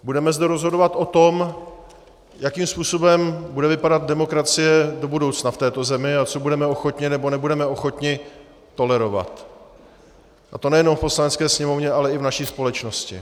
Budeme zde rozhodovat o tom, jakým způsobem bude vypadat demokracie do budoucna v této zemi a co budeme ochotni, nebo nebudeme ochotni tolerovat, a to nejenom v Poslanecké sněmovně, ale i v naší společnosti.